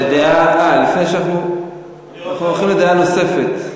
אני רוצה, אנחנו הולכים לדעה נוספת.